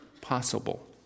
possible